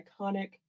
iconic